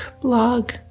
blog